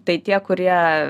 tai tie kurie